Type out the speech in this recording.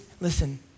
listen